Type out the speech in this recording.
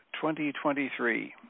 2023